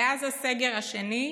מאז הסגר השני,